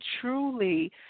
truly